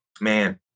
Man